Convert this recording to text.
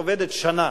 עובדת שנה.